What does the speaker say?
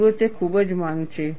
જુઓ તે ખૂબ જ માંગ છે